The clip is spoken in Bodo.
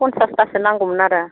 फनचासथासो नांगौमोन आरो